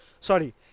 Sorry